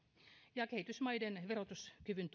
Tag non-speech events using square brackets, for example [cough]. ja kehitysmaiden verotuskyvyn [unintelligible]